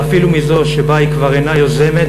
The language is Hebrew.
ואפילו מזו שבה היא כבר אינה יוזמת